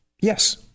Yes